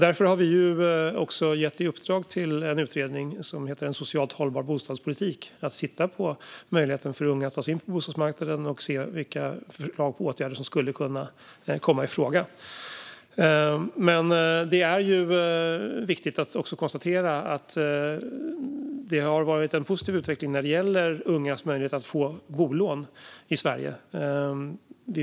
Därför har vi gett i uppdrag till en utredning om en socialt hållbar bostadspolitik att titta på möjligheten för unga att ta sig in på bostadsmarknaden och att se vilka åtgärder som skulle kunna komma i fråga. Det är också viktigt att konstatera att utvecklingen har varit positiv när det gäller ungas möjlighet att få bolån i Sverige.